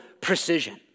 precision